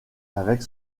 avec